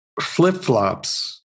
flip-flops